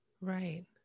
right